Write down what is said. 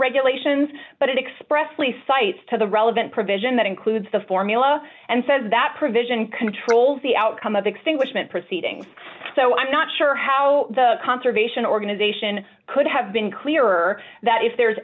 regulations but it express lee cites to the relevant provision that includes the formula and says that provision controls the outcome of the extinguishment proceedings so i'm not sure how the conservation organization could have been clearer that if there